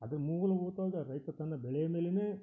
ಅದ್ರ ಮೂಲಭೂತವಾದ ರೈತ ತನ್ನ ಬೆಳೆಯ ಮೇಲೆಯೇ